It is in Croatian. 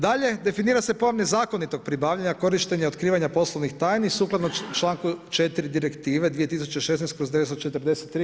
Dalje, definira se pojam nezakonitog pribavljanja korištenja i otkrivanja poslovnih tajni sukladno članku 4. Direktive 2016/